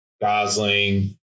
Gosling